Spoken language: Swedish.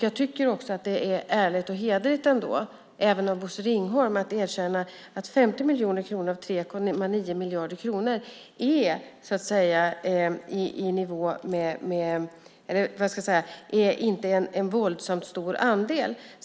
Jag tycker att det är ärligt och hederligt, även av Bosse Ringholm, att erkänna att 50 miljoner kronor av 3,9 miljarder kronor inte är en våldsamt stor andel.